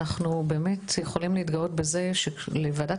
אנחנו באמת יכולים להתגאות בזה שלוועדת